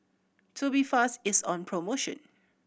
Tubifast is on promotion